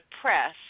press